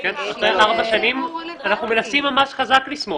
אנחנו מנסים ממש חזק לסמוך.